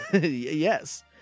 Yes